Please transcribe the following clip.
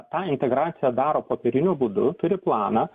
tą integraciją daro popieriniu būdu turi planą